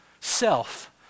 self